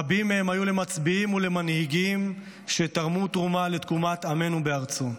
רבים מהם היו למצביאים ולמנהיגים שתרמו תרומה לתקומת עמנו בארצו.